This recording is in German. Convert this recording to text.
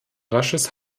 rasches